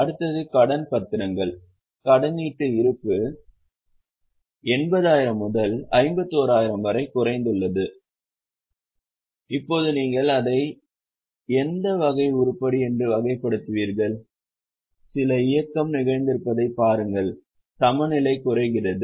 அடுத்தது கடன் பத்திரங்கள் கடனீட்டு இருப்பு 80000 முதல் 51000 வரை குறைந்துள்ளது இப்போது நீங்கள் அதை எந்த வகை உருப்படி என்று வகைப்படுத்துவீர்கள் சில இயக்கம் நிகழ்ந்திருப்பதைப் பாருங்கள் சமநிலை குறைகிறது